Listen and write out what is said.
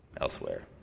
elsewhere